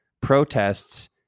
protests